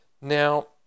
Now